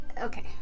okay